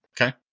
Okay